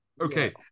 okay